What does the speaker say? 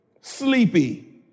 sleepy